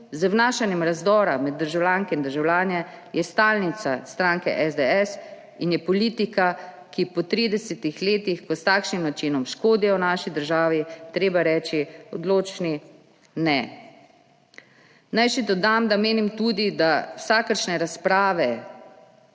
z vnašanjem razdora med državljanke in državljane je stalnica stranke SDS in je politika, ki ji je po 30 letih, ko s takšnim načinom škodijo naši državi, treba reči odločni ne. Naj še dodam, da menim tudi, da so vsakršne razprave